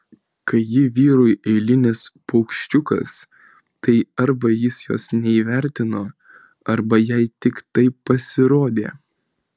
kai ji vyrui eilinis paukščiukas tai arba jis jos neįvertino arba jai tik taip pasirodė